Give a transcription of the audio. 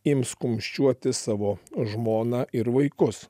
ims kumščiuoti savo žmoną ir vaikus